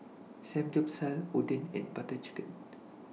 Samgyeopsal Oden and Butter Chicken